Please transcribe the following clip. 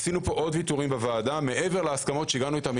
עשינו פה עוד ויתורים בוועדה מעבר להסכמות שהגענו אליהן עם